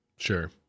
Sure